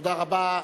תודה רבה.